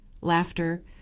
laughter